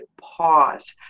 pause